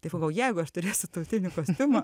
tai sakau jeigu aš turėsiu tautinį kostiumą